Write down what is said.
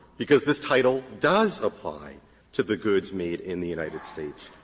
because this title does apply to the goods made in the united states,